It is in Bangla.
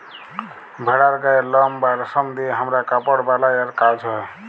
ভেড়ার গায়ের লম বা রেশম দিয়ে হামরা কাপড় বালাই আর কাজ হ্য়